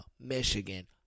Michigan